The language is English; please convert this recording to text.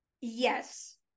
yes